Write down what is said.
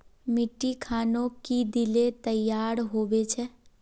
मिट्टी खानोक की दिले तैयार होबे छै?